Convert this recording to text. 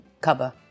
cover